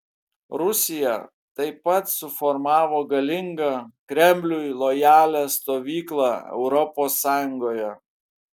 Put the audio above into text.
rusija taip pat suformavo galingą kremliui lojalią stovyklą europos sąjungoje